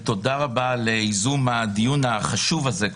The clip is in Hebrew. ותודה רבה על ייזום הדיון החשוב הזה.